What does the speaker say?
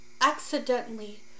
accidentally